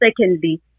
secondly